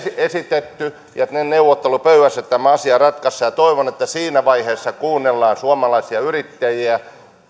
esitetty että neuvottelupöydässä tämä asia ratkaistaan ja toivon että siinä vaiheessa kuunnellaan suomalaisia yrittäjiä